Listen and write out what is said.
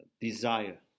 desire